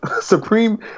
Supreme